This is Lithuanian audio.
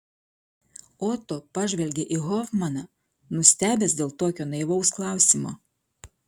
oto pažvelgė į hofmaną nustebęs dėl tokio naivaus klausimo